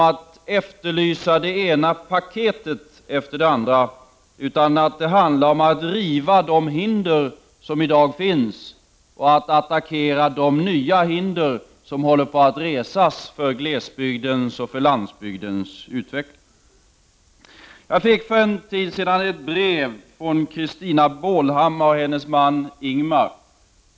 Här skiljer jag mig litet från Börje Hörnlund. Det handlar om att riva de hinder som i dag finns och att attackera de nya hinder som håller på att resas för glesbygdens och landsbygdens utveckling. Jag fick för en tid sedan ett brev från Krestina Bålhammar och hennes man Ingemar.